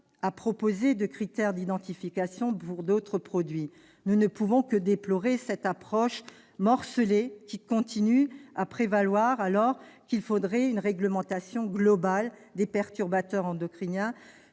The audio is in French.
à proposer de critères d'identification pour d'autres produits. Nous ne pouvons que déplorer que cette approche morcelée continue de prévaloir, alors qu'une réglementation globale relative aux perturbateurs endocriniens,